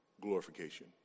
glorification